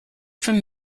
from